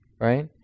right